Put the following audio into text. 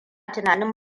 tunanin